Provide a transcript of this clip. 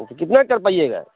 तो कितना कर पाइएगा